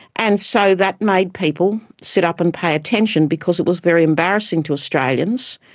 and so that made people sit up and pay attention, because it was very embarrassing to australians.